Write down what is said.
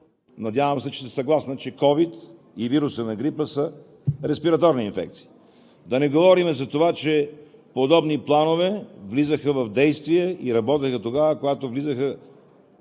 Надявам се, че сте съгласна, че COVID и вирусът на грипа са респираторни инфекции. Да не говорим за това, че подобни планове влизаха в действие и работеха, когато влизаха